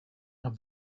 have